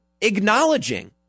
acknowledging